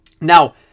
Now